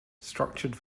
structured